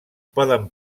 poden